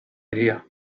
idea